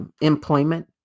employment